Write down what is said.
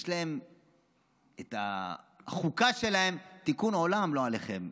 יש להם את החוקה שלהם, תיקון עולם, לא עליכם.